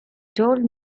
told